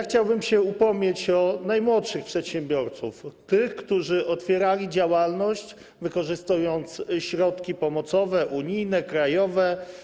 Chciałbym się upomnieć o najmłodszych przedsiębiorców, tych, którzy otwierali działalność, wykorzystując środki pomocowe, unijne, krajowe.